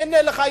הנה לך,